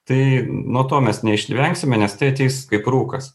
tai nuo to mes neišvengsime nes tai ateis kaip rūkas